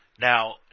Now